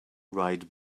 ride